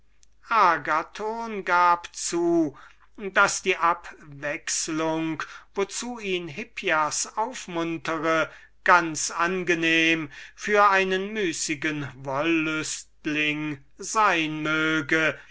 gab zu daß die abwechselung wozu ihn hippias aufmuntre für einen müßigen wollüstling ganz angenehm sein möge